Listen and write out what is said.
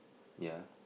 ya